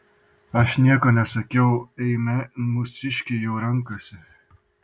aš nieko nesakiau eime mūsiškiai jau renkasi